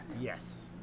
Yes